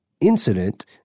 incident